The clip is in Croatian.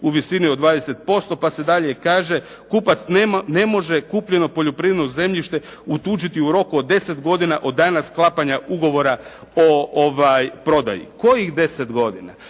u visini od 20%, pa se dalje kaže kupac ne može kupljeno poljoprivredno zemljište utuđiti u roku od 10 godina od dana sklapanja ugovora o prodaju. Kojih 10 godina?